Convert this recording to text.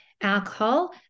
alcohol